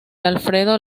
alfredo